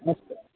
अस्तु